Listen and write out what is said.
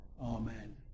Amen